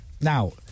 now